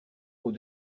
aux